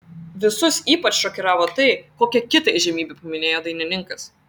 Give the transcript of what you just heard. visus ypač šokiravo tai kokią kitą įžymybę paminėjo dainininkas